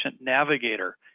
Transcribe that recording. navigator